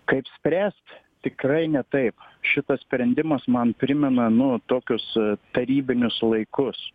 kaip spręst tikrai ne taip šitas sprendimas man primena nu tokius tarybinius laikus